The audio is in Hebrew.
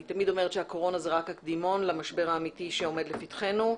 אני תמיד אומרת שהקורונה היא רק הקדימון למשבר האמיתי שעומד לפתחנו.